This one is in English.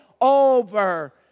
over